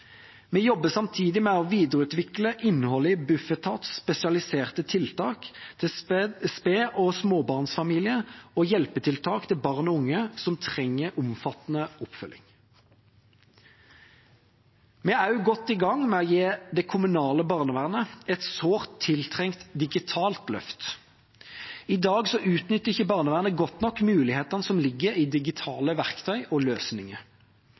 Vi jobber samtidig med å videreutvikle innholdet i Bufetats spesialiserte tiltak til sped- og småbarnsfamilier og hjelpetiltak til barn og unge som trenger omfattende oppfølging. Vi er også godt i gang med å gi det kommunale barnevernet et sårt tiltrengt digitalt løft. I dag utnytter ikke barnevernet godt nok mulighetene som ligger i digitale verktøy og løsninger.